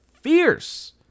fierce